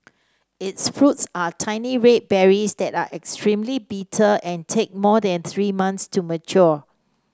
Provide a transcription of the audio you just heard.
its fruits are tiny red berries that are extremely bitter and take more than three months to mature